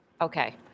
Okay